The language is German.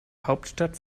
hauptstadt